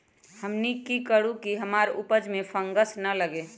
हमनी की करू की हमार उपज में फंगस ना लगे?